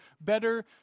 better